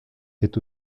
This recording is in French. est